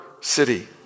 city